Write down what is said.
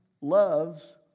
loves